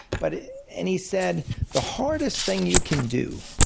but and he said the hardest thing you can do